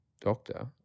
doctor